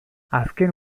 azken